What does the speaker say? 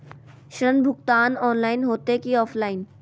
ऋण भुगतान ऑनलाइन होते की ऑफलाइन?